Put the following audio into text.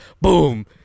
boom